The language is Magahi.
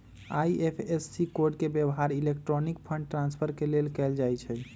आई.एफ.एस.सी कोड के व्यव्हार इलेक्ट्रॉनिक फंड ट्रांसफर के लेल कएल जाइ छइ